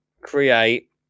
create